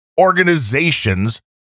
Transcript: organizations